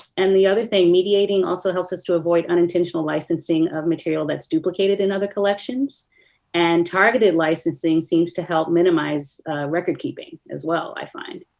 and the other thing, mediating also helps us to avoid unintentional licensing of material that's duplicated in other collections and targeted licensing seems to help minimize record keeping as well, i find.